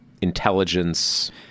intelligence